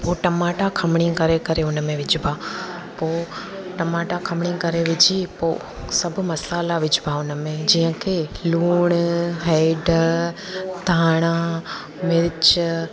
हो टमाटा खमणी करे करे उन में विझिबा पोइ टमाटा खमणी करे विझी पोइ सब मसाल्हा विझिबा उन में जीअं की लूणु हैड धाणा मिर्च